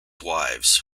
wives